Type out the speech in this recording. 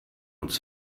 uns